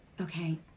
okay